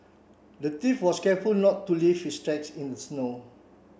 the thief was careful not to leave his tracks in the snow